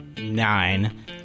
Nine